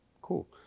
cool